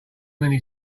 many